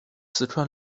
四川